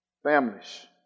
Families